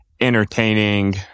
entertaining